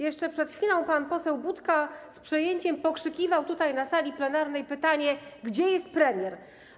Jeszcze przed chwilą pan poseł Budka z przejęciem pokrzykiwał tutaj na sali plenarnej pytanie: Gdzie jest premier?